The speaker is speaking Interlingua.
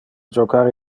jocar